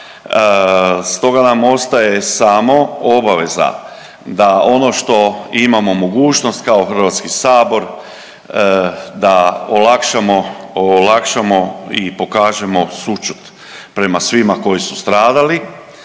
Stoga nam ostaje samo obaveza da ono što imamo mogućnost kao HS da olakšamo i pokažemo sućut prema svima koji su stradali,